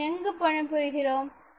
நாம் எங்கு பணி புரிகிறோம்